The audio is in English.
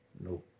no